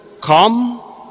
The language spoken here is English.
come